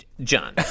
John